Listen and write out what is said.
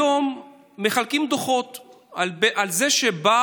היום מחלקים דוחות על זה שבר,